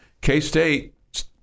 K-State